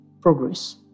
progress